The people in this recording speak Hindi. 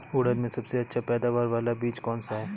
उड़द में सबसे अच्छा पैदावार वाला बीज कौन सा है?